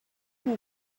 can